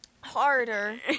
Harder